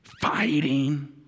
Fighting